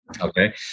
Okay